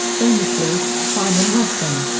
famously, simon weston.